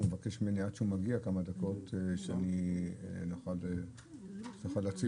הוא מבקש ממני עד שהוא מגיע כמה דקות שנוכל להציג אותם.